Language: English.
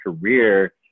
career